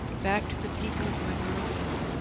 back to the people of my girlhood.